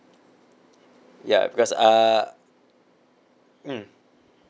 yup because uh mm